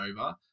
over